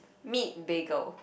meet bagel